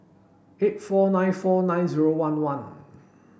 eight four nine four nine zero one one